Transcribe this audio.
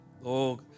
Lord